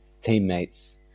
teammates